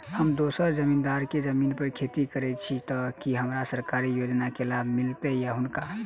हम दोसर जमींदार केँ जमीन पर खेती करै छी तऽ की हमरा सरकारी योजना केँ लाभ मीलतय या हुनका?